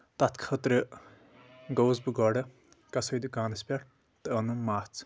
تتھ خٲطرٕ گوٚوُس بہٕ گۄڑٕ کسٲے دُکانَس پٮ۪ٹھ تہٕ اوٚنُم مژھ